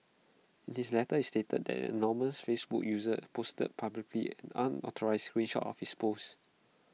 in his letter he stated that an anonymous Facebook user posted publicly an unauthorised screen shot of his post